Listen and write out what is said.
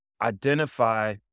identify